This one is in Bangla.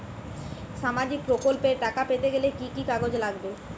সামাজিক প্রকল্পর টাকা পেতে গেলে কি কি কাগজ লাগবে?